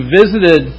visited